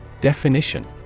Definition